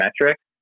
metrics